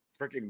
freaking